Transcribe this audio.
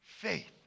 faith